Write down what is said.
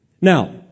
Now